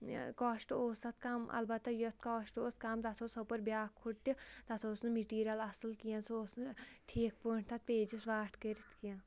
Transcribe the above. cost اوس تَتھ کَم البتہ یَتھ کاسٹ اوس کَم تَتھ اوس ہُپٲرۍ بیٛاکھ کھڈ تہِ تَتھ اوس نہٕ مِٹیٖریَل اَصٕل کیٚنٛہہ سُہ اوس نہٕ ٹھیٖک پٲٹھۍ تَتھ پیجَس واٹھ کٔرِتھ کیٚنٛہہ